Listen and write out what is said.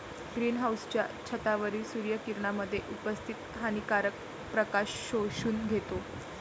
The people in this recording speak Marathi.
ग्रीन हाउसच्या छतावरील सूर्य किरणांमध्ये उपस्थित हानिकारक प्रकाश शोषून घेतो